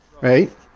right